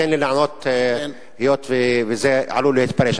תן לי לענות, היות שזה עלול להתפרש.